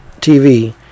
TV